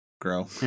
grow